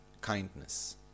kindness